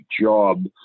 job